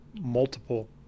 multiple